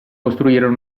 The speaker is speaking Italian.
costruirono